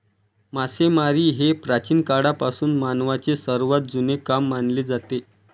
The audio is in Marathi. मासेमारी हे प्राचीन काळापासून मानवाचे सर्वात जुने काम मानले जाते